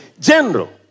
general